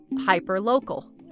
hyper-local